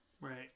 Right